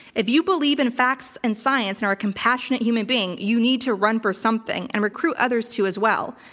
if you believe in facts and science and are a compassionate human being, you need to run for something and recruit others to as well.